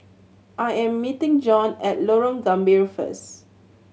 I am meeting Jon at Lorong Gambir first